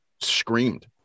screamed